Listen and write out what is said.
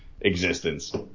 existence